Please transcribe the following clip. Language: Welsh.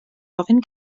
ofyn